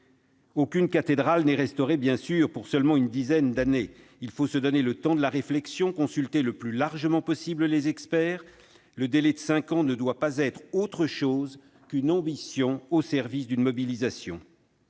Aucune cathédrale n'est restaurée pour seulement une dizaine d'années ! Il faut se donner le temps de la réflexion et consulter le plus largement possible les experts. Le délai de cinq ans ne doit pas être autre chose qu'une ambition au service d'une mobilisation.